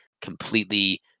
completely